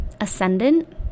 ascendant